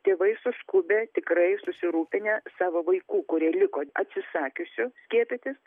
tėvai suskubę tikrai susirūpinę savo vaikų kurie liko atsisakiusių skiepytis